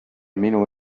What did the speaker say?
minu